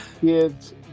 Kids